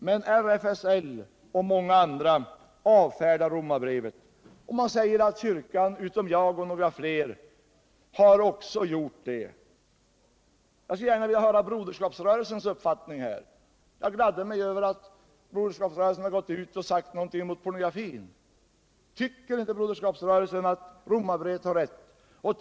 Men RFSL och många andra avfärdar Romarbrevet. Man säger att kyrkan, utom jag och några till, också har gjort det. Jag skulle gärna vilja höra Broderskapsrörelsens uppfattning. Jag gladde mig över att Broderskapsrörelsen gick ut och talade emot pornografin. Tycker inte Broderskapsrörelsen att det är rätt vad som står i Romarbrevet?